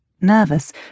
Nervous